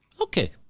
Okay